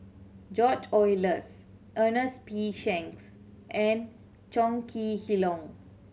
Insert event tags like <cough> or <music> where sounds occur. George Oehlers Ernest P Shanks and Chong Kee <unintelligible>